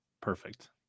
perfect